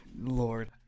Lord